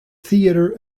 theater